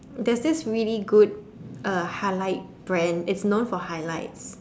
there's this really uh good highlight brand it's knows for highlights